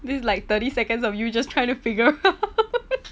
this is like thirty seconds of you just trying to figure out